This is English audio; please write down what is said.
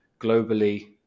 globally